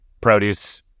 produce